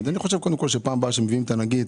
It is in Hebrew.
שבפעם הבאה שמביאים את הנגיד,